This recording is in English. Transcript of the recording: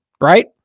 Right